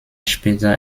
später